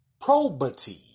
probity